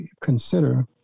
consider